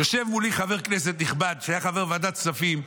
יושב מולי חבר כנסת נכבד שהיה חבר ועדת כספים,